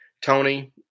Tony